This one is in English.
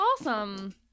awesome